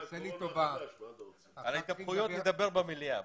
על ההתהפכויות נדבר במליאה.